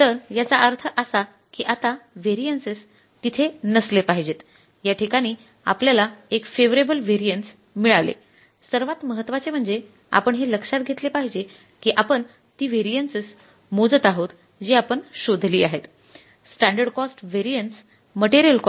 तर याचा अर्थ असा कि आता व्हॅरियन्सस २८६